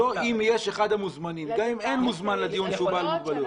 לא אם אחד המוזמנים אלא גם אם אין מוזמן לדיון שהוא בעל מוגבלות.